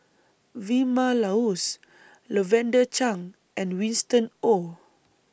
Vilma Laus Lavender Chang and Winston Oh